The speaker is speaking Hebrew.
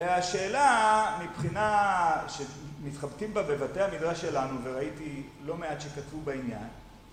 והשאלה מבחינה שמתחבטים בה בבתי המדרש שלנו וראיתי לא מעט שכתבו בעניין